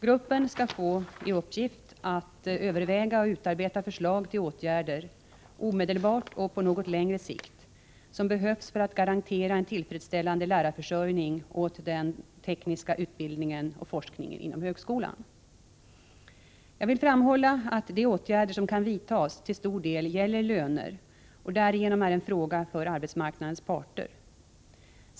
Gruppen skall få i uppgift att överväga och utarbeta förslag till åtgärder som — omedelbart och på något längre sikt — behövs för att garantera en tillfredsställande lärarförsörjning åt den tekniska utbildningen och forskningen inom högskolan. Jag vill framhålla att de åtgärder som kan vidtas till stor del gäller löner och därigenom är en fråga för arbetsmarknadens parter.